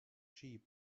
sheep